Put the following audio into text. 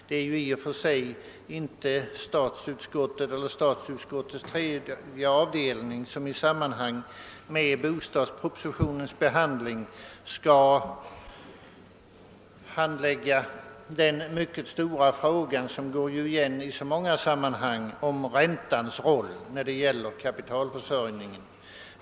Det är i och för sig inte statsutskottets tredje avdelning som i samband med bostadspropositionens behandling skall handlägga den mycket stora frågan om räntans roll när det gäller kapitalförsörjningen, en fråga som går igen i så många sammanhang.